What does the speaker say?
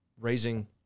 raising